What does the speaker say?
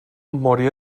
morí